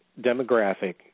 demographic